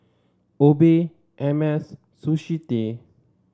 Obey Hermes Sushi Tei